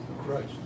Christ